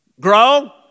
grow